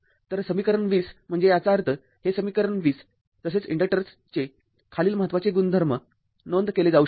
तर समीकरण २० म्हणजे याचा अर्थ हे समीकरण २० तसेच इन्डक्टरचे खालील महत्वाचे गुणधर्म नोंद केले जाऊ शकतात